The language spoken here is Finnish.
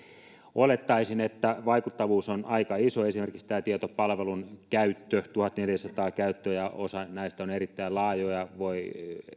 olettaisin että vaikuttavuus on aika iso esimerkiksi tietopalvelun käyttö tuhatneljäsataa käyttökertaa osa näistä on erittäin laajoja voi